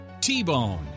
T-Bone